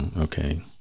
okay